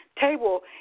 table